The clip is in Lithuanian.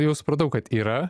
jau supratau kad yra